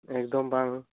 ᱮᱠᱫᱚᱢ ᱵᱟᱝ